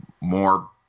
more